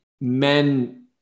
men